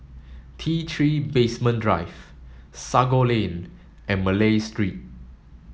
T Three Basement Drive Sago Lane and Malay Street